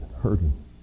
hurting